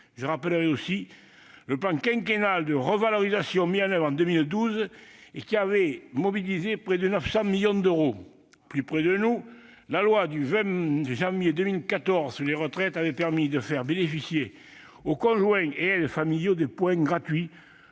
Je rappelle aussi le plan quinquennal de revalorisation mis en oeuvre en 2012 qui a mobilisé près de 900 millions d'euros. Plus près de nous, la loi du 20 janvier 2014 sur les retraites a permis de faire bénéficier aux conjoints et aides familiaux des points gratuits